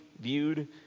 viewed